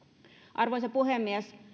arvoisa puhemies